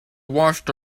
washed